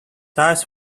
eyes